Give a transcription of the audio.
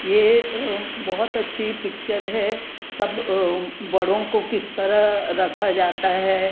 ये बहुत अच्छी पिक्चर है सब बड़ों को किस तरह रखा जाता है